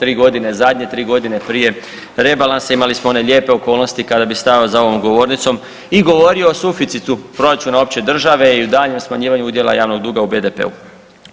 Tri godine zadnje, tri godine prije rebalansa imali smo one lijepe okolnosti kada bi stao za ovom govornicom i govorio o suficitu proračuna opće države i o daljnjem smanjenju udjela javnog duga u BDP-u.